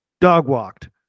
dog-walked